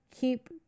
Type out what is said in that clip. keep